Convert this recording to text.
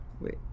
Wait